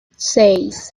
seis